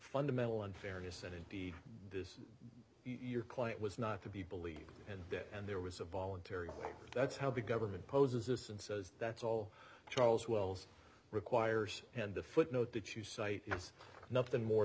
fundamental unfairness and indeed your client was not to be believed and then and there was a voluntary that's how the government poses and says that's all charles wells requires and the footnote that you cite is nothing more